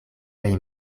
plej